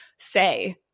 say